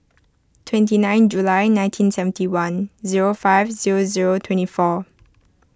twenty nine July nineteen seventy one zero five zero zero twenty four